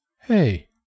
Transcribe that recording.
Hey